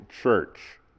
church